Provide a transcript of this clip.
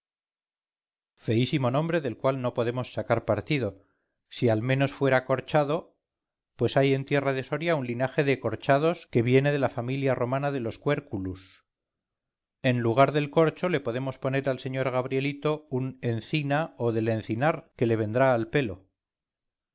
feísimo nombre del cual no podemos sacar partido si al menos fuera corchado pues hay en tierra de soria un linaje de corchadosque viene de la familia romana de los quercullus en lugar del corcho le podemos poner al sr gabrielito un encina o del encinar que le vendrá al pelo